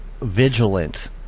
vigilant